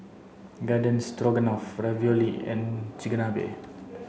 garden Stroganoff Ravioli and Chigenabe